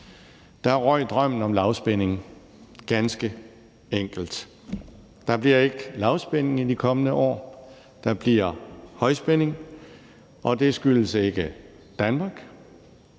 Der røg drømmen om lavspænding ganske enkelt. Der bliver ikke lavspænding i de kommende år; der bliver højspænding, og det skyldes ikke Danmark,